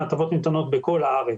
ההטבות ניתנות בכל הארץ.